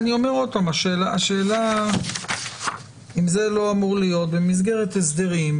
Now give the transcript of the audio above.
השאלה אם זה לא אמור להיות במסגרת הסדרים,